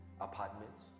apartments